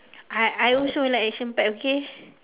I I also like action packed okay